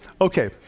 Okay